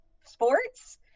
sports